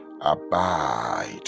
abide